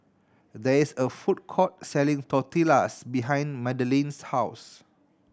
there is a food court selling Tortillas behind Madeline's house